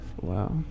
Wow